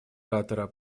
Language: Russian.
оратора